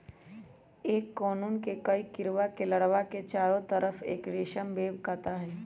एक कोकून कई कीडड़ा के लार्वा के चारो तरफ़ एक रेशम वेब काता हई